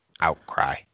outcry